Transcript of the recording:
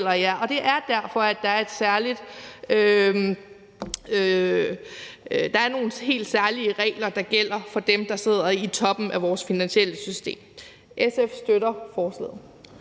det er derfor, at der er nogle helt særlige regler, der gælder for dem, der sidder i toppen af vores finansielle system. SF støtter forslaget.